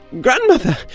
grandmother